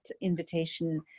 invitation